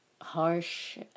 harsh